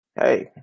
hey